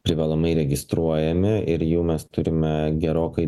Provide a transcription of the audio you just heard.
privalomai registruojami ir jų mes turime gerokai